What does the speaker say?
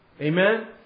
Amen